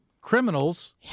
criminals